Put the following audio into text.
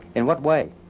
in what way?